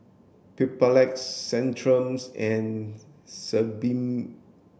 Papulex Centrum's and Sebamed